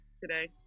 today